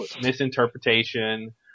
misinterpretation